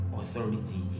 authority